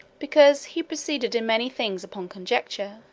because he proceeded in many things upon conjecture,